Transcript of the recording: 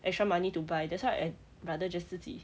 extra money to buy that's why I rather just 自己